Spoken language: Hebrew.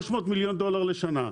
300 מיליון דולר לשנה.